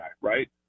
right